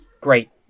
great